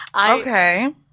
Okay